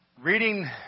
Reading